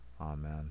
Amen